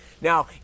Now